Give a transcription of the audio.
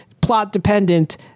plot-dependent